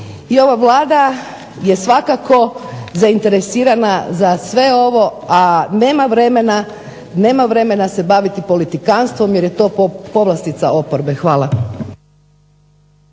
i ova Vlada je svakako zainteresirana za sve ovo, a nema vremena se baviti politikantstvom jer je to povlastica oporbe. Hvala.